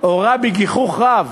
עוררה בי גיחוך רב.